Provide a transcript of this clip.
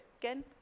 Again